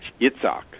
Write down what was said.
Yitzhak